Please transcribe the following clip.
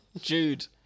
Jude